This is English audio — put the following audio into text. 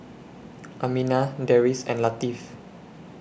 Aminah Deris and Latif